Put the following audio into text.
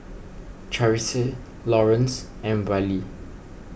Charisse Laurence and Wiley